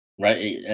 Right